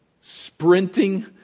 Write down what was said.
sprinting